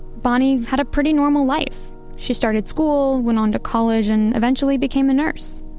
bonnie had a pretty normal life. she started school, went on to college, and eventually became a nurse.